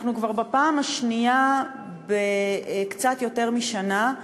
אנחנו כבר בפעם השנייה בקצת יותר משנה,